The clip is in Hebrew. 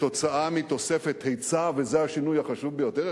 כתוצאה מתוספת היצע, וזה השינוי החשוב ביותר.